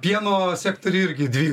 pieno sektoriuje irgi dvi